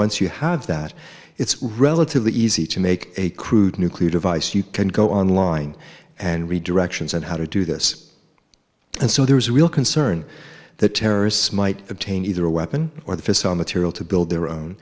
once you have that it's relatively easy to make a crude nuclear device you can go online and read directions on how to do this and so there is a real concern that terrorists might obtain either a weapon or the fissile material to build their own